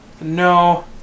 No